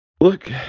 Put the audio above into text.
Look